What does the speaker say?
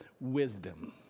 wisdom